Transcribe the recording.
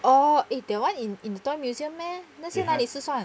orh if they want in in the toy museum meh 那些哪里是算